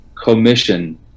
commission